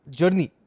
journey